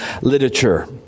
literature